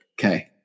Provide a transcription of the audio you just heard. Okay